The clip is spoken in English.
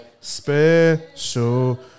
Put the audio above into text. special